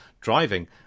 driving